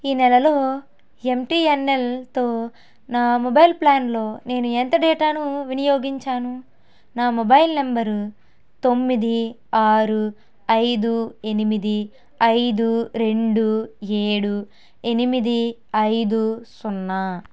ఈ నెలలో ఎంటీఎన్ఎల్తో నా మొబైల్ ప్లాన్లో నేను ఎంత డేటాను వినియోగించాను నా మొబైల్ నంబరు తొమ్మిది ఆరు ఐదు ఎనిమిది ఐదు రెండు ఏడు ఎనిమిది ఐదు సున్నా